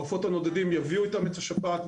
העופות הנודדים יביאו איתם את השפעת.